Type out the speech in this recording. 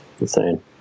insane